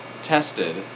tested